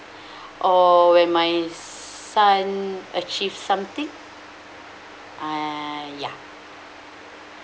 or when my son achieve something uh ya